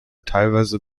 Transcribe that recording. teilweise